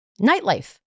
nightlife